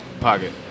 pocket